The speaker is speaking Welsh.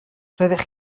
roeddech